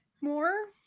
more